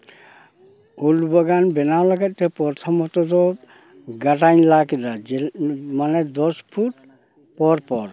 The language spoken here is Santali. ᱩᱞ ᱵᱟᱜᱟᱱ ᱵᱮᱱᱟᱣ ᱞᱮᱠᱟᱛᱮ ᱯᱨᱚᱛᱷᱚᱢᱚᱛᱚ ᱫᱚ ᱜᱟᱰᱟᱧ ᱞᱟ ᱠᱮᱫᱟ ᱡᱮ ᱢᱟᱱᱮ ᱫᱚᱥᱯᱷᱩᱴ ᱯᱚᱨ ᱯᱚᱨ